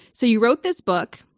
so you wrote this book.